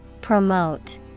Promote